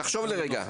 תחשוב רגע,